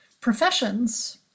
professions